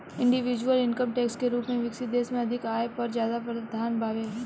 individual income tax के रूप में विकसित देश में अधिक आय पर ज्यादा प्रावधान बावे